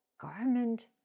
garment